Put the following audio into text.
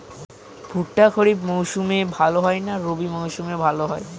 ভুট্টা খরিফ মৌসুমে ভাল হয় না রবি মৌসুমে ভাল হয়?